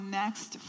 next